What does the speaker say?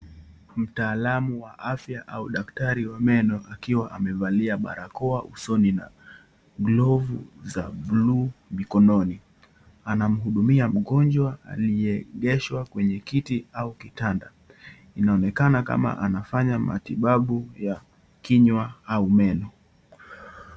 Mtaalamu wa afya au daktari wa meno akiwa amevaliwa barakoa usoni na glovu za (cs)blue (cs) mikononi. Anamhudumia mgonjwa aliyeegeshwa kwenye kiti au kitanda. Inaonekana kama anafanya matibabu ya kinywa au meno.